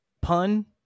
pun